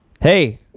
Hey